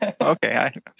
Okay